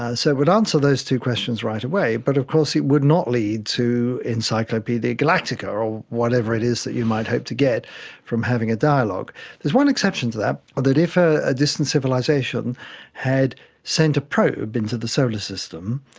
ah so it would answer those two questions right away, but of course it would not lead to encyclopaedia galactica or whatever it is that you might hope to get from having a dialogue. there is one exception to that, that if ah a distant civilisation had sent a probe into the solar system,